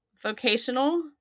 vocational